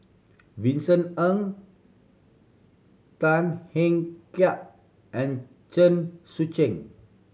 Vincent Ng Tan Hiang Kek and Chen Sucheng